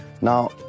Now